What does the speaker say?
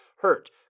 hurt